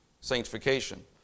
sanctification